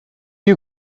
you